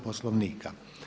Poslovnika.